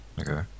Okay